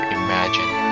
imagine